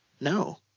No